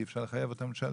אי אפשר לחייבם לשלם.